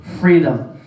freedom